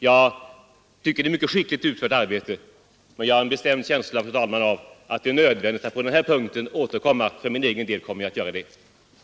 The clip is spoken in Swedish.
Det tycker jag är mycket skickligt. Men jag har en bestämd känsla av att det är nödvändigt att återkomma till denna fråga, och för min egen del kommer jag också att göra det.